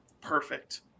perfect